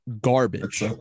garbage